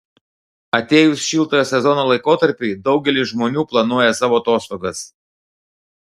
atėjus šiltojo sezono laikotarpiui daugelis žmonių planuoja savo atostogas